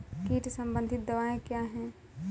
कीट संबंधित दवाएँ क्या हैं?